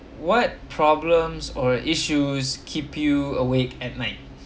what problems or issues keep you awake at night